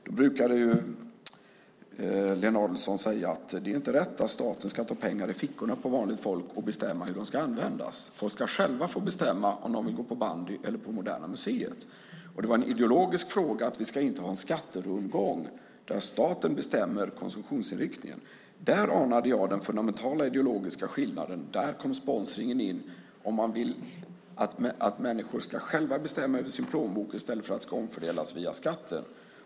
Då brukade Lena Adelsohn Liljeroth säga att det inte är rätt att staten ska ta pengar ur fickorna på vanligt folk och bestämma hur de ska användas. Folk ska själva få bestämma om de vill gå på bandy eller på Moderna museet. Det var en ideologisk fråga att vi inte ska ha en skatterundgång där staten bestämmer konsumtionsinriktningen. Där anade jag den fundamentala ideologiska skillnaden. Där kommer sponsringen in om man vill att människor själva ska bestämma över sin plånbok i stället för att det ska omfördelas via skatten.